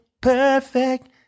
perfect